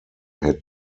had